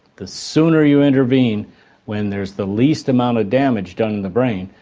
the sooner you intervene when there's the least amount of damage done in the brain,